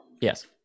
Yes